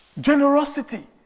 generosity